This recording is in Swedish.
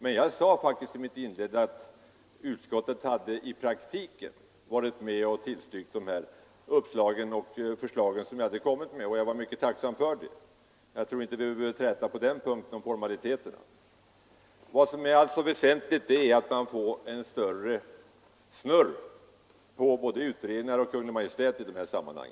Men jag sade faktiskt i mitt inlägg att utskottet i praktiken hade varit med på de uppslag och tillstyrkt de förslag som jag hade lagt fram, och det var jag mycket tacksam för. Jag tror inte att vi behöver träta om formaliteterna i det fallet. Vad som är väsentligt är att vi får bättre ”snurr” på både utredningar och Kungl. Maj:t i detta sammanhang.